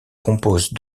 compose